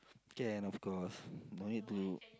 can and of course no need to